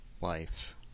life